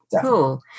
Cool